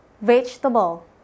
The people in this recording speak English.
Vegetable